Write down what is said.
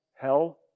hell